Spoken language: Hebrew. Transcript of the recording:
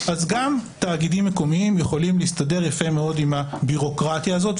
אז גם תאגידים מקומיים יכולים להסתדר יפה מאוד עם הביורוקרטיה הזאת.